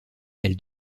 elle